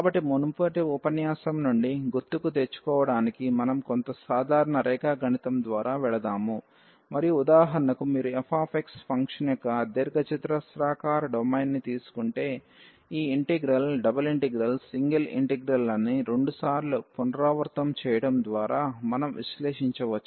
కాబట్టి మునుపటి ఉపన్యాసం నుండి గుర్తుకు తెచ్చుకోవడానికి మనం కొంత సాధారణ రేఖా గణితం ద్వారా వెళదాము మరియు ఉదాహరణకు మీరు f ఫంక్షన్ యొక్క దీర్ఘచతురస్రాకార డొమైన్ని తీసుకుంటే ఈ integral double integral single integral లని 2 సార్లు పునరావృతం చేయడం ద్వారా మనం విశ్లేషించవచ్చు